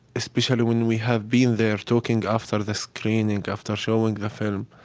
especially when we have been there, talking after the screening, after showing the film.